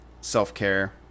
self-care